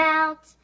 out